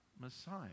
Messiah